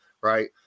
right